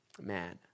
man